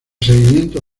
seguimiento